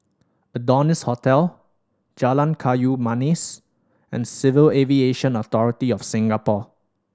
Adonis Hotel Jalan Kayu Manis and Civil Aviation Authority of Singapore